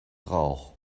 rauch